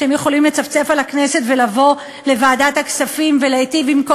כשהם יכולים לצפצף על הכנסת ולבוא לוועדת הכספים ולהיטיב עם כל